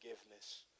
forgiveness